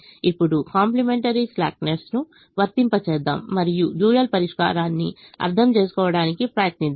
ఇప్పుడు complementary slackness ను వర్తింపజేద్దాం మరియు డ్యూయల్ పరిష్కారాన్ని అర్థం చేసుకోవడానికి ప్రయత్నిద్దాం